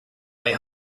way